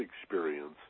experience